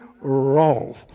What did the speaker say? wrong